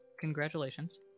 Congratulations